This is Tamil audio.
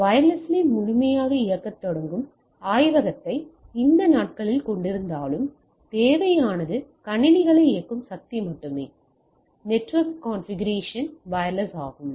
வயர்லெஸில் முழுமையாக இயங்கத் தொடங்கும் ஆய்வகத்தை இந்த நாட்களில் கொண்டிருந்தாலும் தேவையானது கணினிகளை இயக்கும் சக்தி மட்டுமே நெட்ஒர்க் கான்பிகரேஷன் வயர்லெஸ் ஆகும்